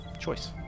choice